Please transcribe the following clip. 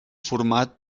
format